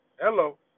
hello